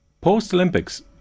Post-Olympics